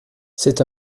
c’est